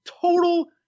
total